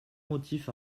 motif